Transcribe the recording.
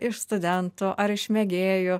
iš studentų ar iš mėgėjų